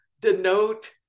denote